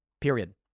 period